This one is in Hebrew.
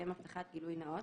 לשם הבטחת גילוי נאות